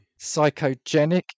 Psychogenic